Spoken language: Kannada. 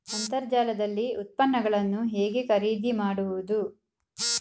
ಅಂತರ್ಜಾಲದಲ್ಲಿ ಉತ್ಪನ್ನಗಳನ್ನು ಹೇಗೆ ಖರೀದಿ ಮಾಡುವುದು?